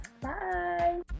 Bye